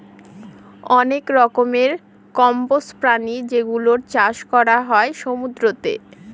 অনেক রকমের কম্বোজ প্রাণী যেগুলোর চাষ করা হয় সমুদ্রতে